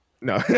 No